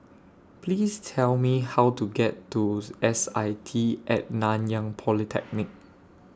Please Tell Me How to get to S I T At Nanyang Polytechnic